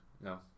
No